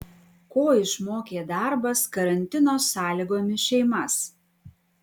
ko išmokė darbas karantino sąlygomis šeimas